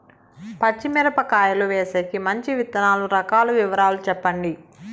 పచ్చి మిరపకాయలు వేసేకి మంచి విత్తనాలు రకాల వివరాలు చెప్పండి?